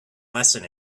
lesson